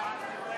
למה אמרת את זה?